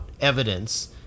evidence